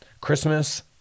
Christmas